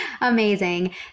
Amazing